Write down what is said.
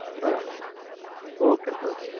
ಹಾಂ ಹಾಂ okay sir